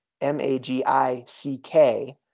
M-A-G-I-C-K